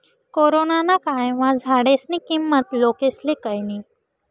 corona ना कायमा झाडेस्नी किंमत लोकेस्ले कयनी